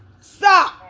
Stop